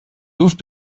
luft